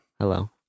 Hello